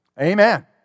Amen